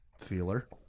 feeler